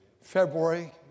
February